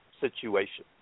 situation